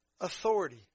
authority